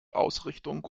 ausrichtung